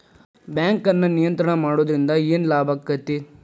ಬ್ಯಾಂಕನ್ನ ನಿಯಂತ್ರಣ ಮಾಡೊದ್ರಿಂದ್ ಏನ್ ಲಾಭಾಕ್ಕತಿ?